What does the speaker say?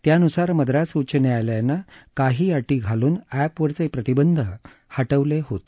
त्यान्सार मद्रास उच्च न्यायालयानं काही अटींघालून एपवरचे प्रतिबंध हटवलेही होते